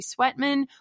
Sweatman